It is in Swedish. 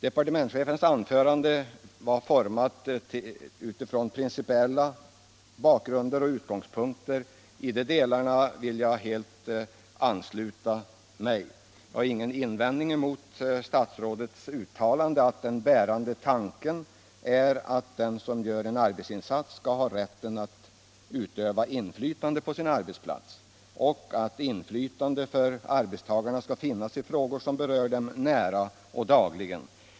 Departementschefens anförande var huvudsakligen utformat från principiella utgångspunkter, och i de delarna vill jag helt ansluta mig. Jag har ingen invändning mot statsrådets uttalande att den bärande tanken är att den som gör en arbetsinsats skall ha rätt att utöva inflytande på sin arbetsplats och att inflytande för arbetstagarna skall finnas i frågor som berör dem nära och dagligen.